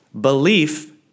belief